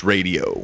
Radio